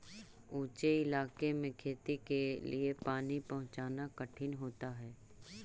ऊँचे इलाके में खेती के लिए पानी पहुँचाना कठिन होता है